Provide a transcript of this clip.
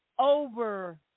Over